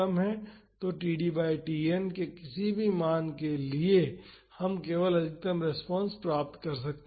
तो td बाई Tn के किसी भी मान के लिए हम केवल अधिकतम रेस्पॉन्स पा सकते हैं